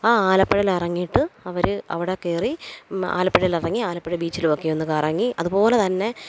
ആ ആലപ്പുഴയിലിറങ്ങിയിട്ട് അവര് അവിടെ കയറി ആലപ്പുഴയിലിറങ്ങി ആലപ്പുഴ ബീച്ചിലുമൊക്കെ ഒന്ന് കറങ്ങി അതുപോലെ തന്നെ